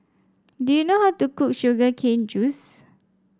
do you know how to cook Sugar Cane Juice